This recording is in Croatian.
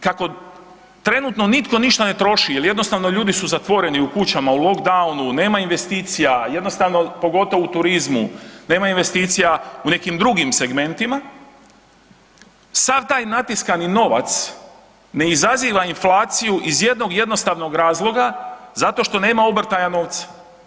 Kako trenutno nitko ništa ne troši jer jednostavno, ljudi su zatvoreni u kućama, u lockdownu, nema investicija, jednostavno, pogotovo u turizmu, nema investicija u nekim drugim segmentima, sam taj natiskani novac ne izaziva inflaciju iz jednog jednostavnog razloga, zato što nema obrtaja novca.